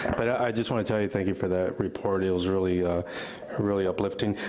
but i just wanna tell you, thank you for that report, it was really really uplifting.